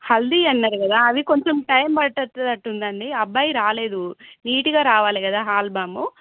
హల్దీ అన్నారు కదా అవి కొంచెం టైం పట్టేటట్టు ఉందండి అబ్బాయి రాలేదు నీట్గా రావాలి కదా ఆల్బమ్